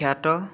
খ্যাত